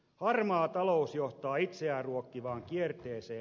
harmaa talous johtaa itseään ruokkivaan kierteeseen